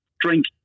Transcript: drink